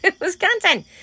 Wisconsin